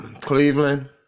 Cleveland